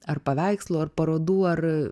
ar paveikslų ar parodų ar